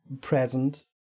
present